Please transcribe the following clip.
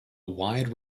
wide